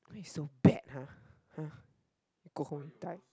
why you so bad !huh! !huh! go home and die